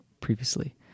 previously